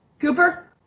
Cooper